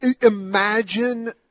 imagine